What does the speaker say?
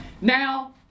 Now